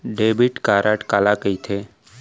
Debit card काला कहिथे?